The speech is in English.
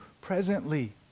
presently